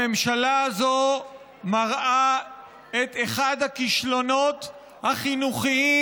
הממשלה הזאת מראה את אחד הכישלונות החינוכיים,